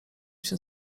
się